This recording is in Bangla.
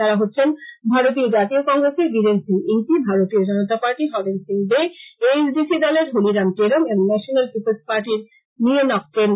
তারা হচ্ছেন ভারতীয় জাতীয় কংগ্রেসের বীরেন সিং ইংতি ভারতীয় জনতা পার্টির Haren Singh Bey A S D C দলের হলিরাম টেরং এবং ন্যাশনেল পিপল্স পার্টির নিয়েনকচেন